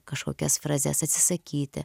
kažkokias frazes atsisakyti